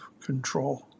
control